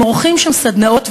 והם עורכים שם סדנאות,